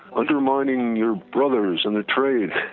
undermining your brothers in trade!